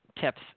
tips